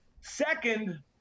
Second